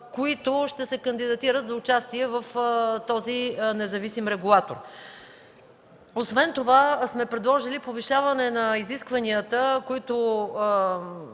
които ще се кандидатират за участие в този независим регулатор. Освен това сме предложили повишаване на изискванията, на които